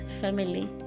family